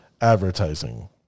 advertising